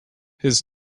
his